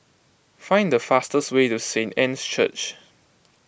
find the fastest way to Saint Anne's Church